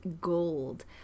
gold